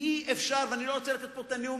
אני לא רוצה לתת פה את הנאום,